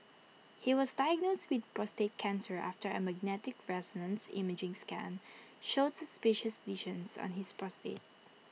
he was diagnosed with prostate cancer after A magnetic resonance imaging scan showed suspicious lesions on his prostate